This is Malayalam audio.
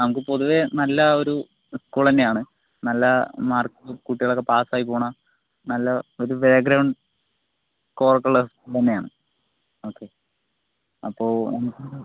നമുക്ക് പൊതുവെ നല്ലയൊരു സ്കൂള്തന്നെയാണ് നല്ല മാർക്കും കുട്ടികളൊക്കെ പാസ്സായി പോകുന്ന നല്ലൊരു ബാക്ക്ഗ്രൗണ്ട് സ്കോറോക്കെയുള്ള സ്കൂള് തന്നെയാണ് ഓക്കേ അപ്പോൾ